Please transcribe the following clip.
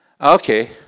Okay